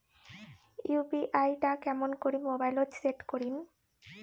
UPI টা কেমন করি মোবাইলত সেট করিম?